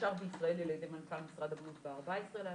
אושר בישראל על ידי מנכ"ל משרד הבריאות ב-14.11,